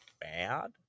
bad